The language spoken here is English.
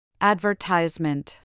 Advertisement